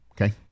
okay